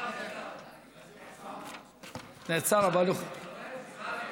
נעצר, נפסק.